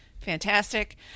fantastic